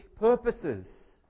purposes